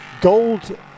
gold